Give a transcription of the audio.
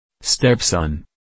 Stepson